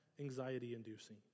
anxiety-inducing